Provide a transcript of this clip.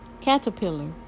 caterpillar